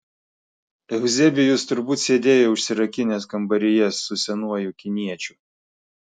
euzebijus turbūt sėdėjo užsirakinęs kambaryje su senuoju kiniečiu